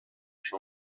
się